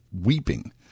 weeping